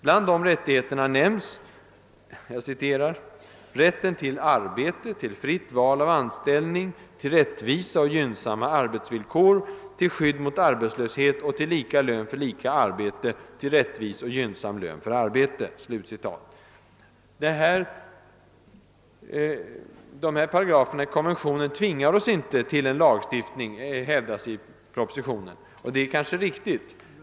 Bland dessa rättigheter nämns »rätten till arbete, till fritt val av anställning, till rättvisa och gynnsamma arbetsvillkor, till skydd mot arbetslöshet, till lika lön för lika arbete, till rättvis och gynnsam lön för arbete». Denna artikel i konventionen tvingar oss inte till en lagstiftning, hävdas det i propositionen, och det är kanske riktigt.